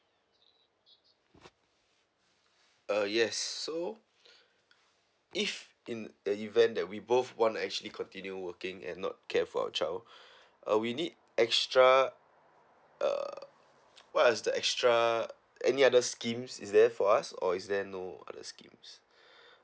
uh yes so if in the event that we both wanna actually continue working and not care for our child uh we need extra uh what are the extra uh any other schemes is there for us or is there no other schemes